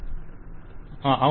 client అవును